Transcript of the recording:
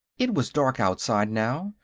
it was dark, outside, now.